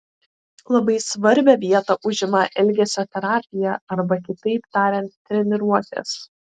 labai svarbią vietą užima elgesio terapija arba kitaip tariant treniruotės